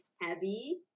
heavy